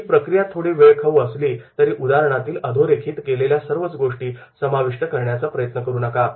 ही प्रक्रिया थोडी वेळखाऊ जरी असली तरी उदाहरणातील अधोरेखित केलेल्या सर्वच गोष्टी समाविष्ट करण्याचा प्रयत्न करू नका